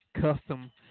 custom